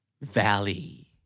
Valley